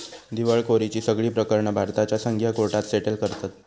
दिवळखोरीची सगळी प्रकरणा भारताच्या संघीय कोर्टात सेटल करतत